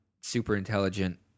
super-intelligent